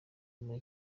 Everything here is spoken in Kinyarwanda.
muri